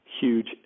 huge